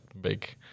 big